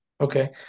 Okay